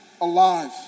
alive